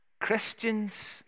Christians